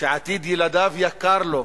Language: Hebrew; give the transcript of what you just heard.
שעתיד ילדיו יקר לו,